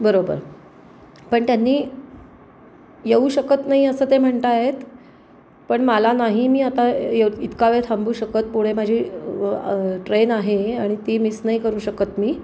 बरोबर पण त्यांनी येऊ शकत नाही असं ते म्हणत आहेत पण मला नाही मी आता येव इतका वेळ थांबू शकत पुढे माझी ट्रेन आहे आणि ती मिस नाही करू शकत मी